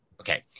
okay